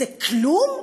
זה כלום?